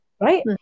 right